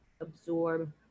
absorb